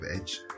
edge